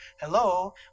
hello